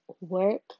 work